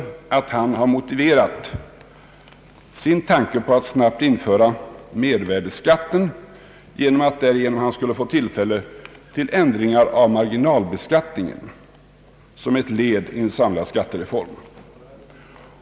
Han har nämligen motiverat sin tanke på att snabbt införa mervärdeskatten med att man därmed skulle få tillfälle till ändringar av marginalbeskattningen som ett led i en samlad skattereform.